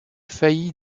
failli